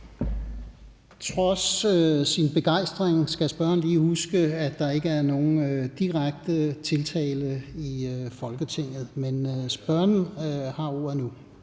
Trods sin begejstring skal spørgeren lige huske, at man ikke bruger direkte tiltale i Folketinget. Spørgeren har ordet nu.